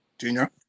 Junior